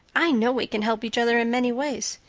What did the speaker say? i know we can help each other in many ways.